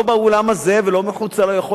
לא באולם הזה ולא מחוצה לו,